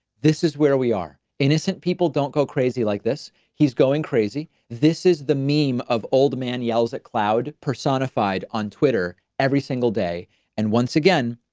this is where we are innocent people don't go crazy like this. he's going crazy. this is the meme of old man yells at cloud personified on twitter every single day and once again,